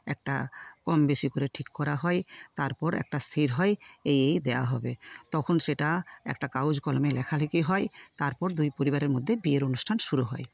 একটা কম বেশি করে ঠিক করা হয় তারপর একটা স্থির হয় এই এই দেওয়া হবে তখন সেটা একটা কাগজ কলমে লেখা লেখি হয় তারপর দুই পরিবারের মধ্যে বিয়ের অনুষ্ঠান শুরু হয়